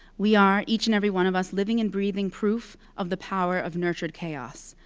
we are, each and every one of us, living and breathing proof of the power of nurtured chaos.